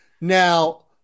Now